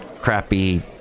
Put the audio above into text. crappy